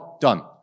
done